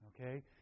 Okay